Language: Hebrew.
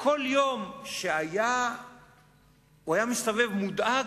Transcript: וכל יום שהיה מסתובב מודאג,